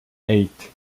eight